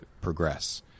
progress